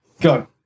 Go